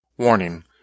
Warning